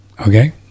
Okay